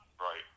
Right